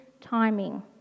Timing